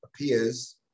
appears